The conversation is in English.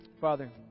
Father